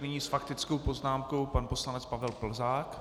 Nyní s faktickou poznámkou pan poslanec Pavel Plzák.